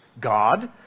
God